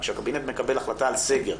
כשהקבינט מקבל החלטה על סגר,